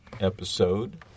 episode